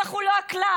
אנחנו לא הכלל.